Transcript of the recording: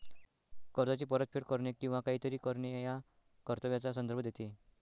कर्जाची परतफेड करणे किंवा काहीतरी करणे या कर्तव्याचा संदर्भ देते